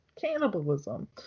cannibalism